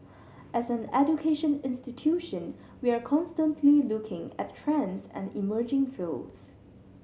as an education institution we are constantly looking at trends and emerging fields